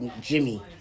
Jimmy